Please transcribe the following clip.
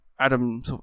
Adam